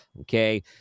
Okay